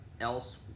else